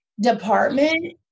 department